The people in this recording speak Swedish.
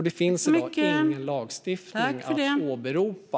Det finns i dag ingen lagstiftning att åberopa.